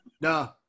No